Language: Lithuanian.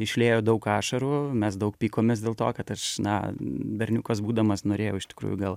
išliejo daug ašarų mes daug pykomės dėl to kad aš na berniukas būdamas norėjau iš tikrųjų gal